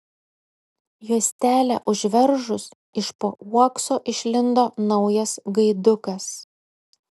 juostelę užveržus iš po uokso išlindo naujas gaidukas